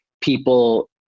people